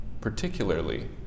particularly